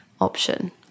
option